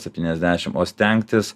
septyniasdešim o stengtis